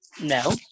No